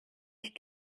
ich